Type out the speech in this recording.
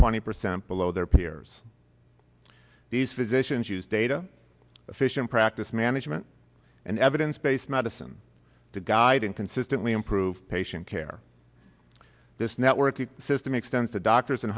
twenty percent below their peers these physicians use data efficient practice management and evidence based medicine to guide and consistently improve patient care this network the system extends to doctors